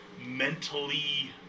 mentally